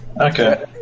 Okay